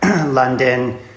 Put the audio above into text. London